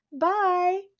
Bye